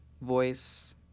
voice